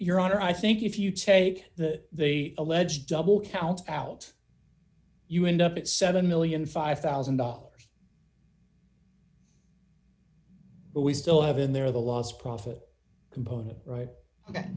honor i think if you take the the alleged double count out you end up at seven million five thousand dollars but we still have in there the laws profit component right